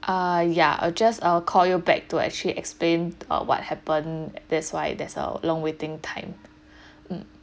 uh ya I'll just err I'll call you back to actually explain err what happened that's why there's a long waiting time mm